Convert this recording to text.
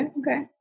okay